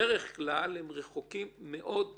בדרך כלל הם רחוקים מאוד מאוד.